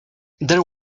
there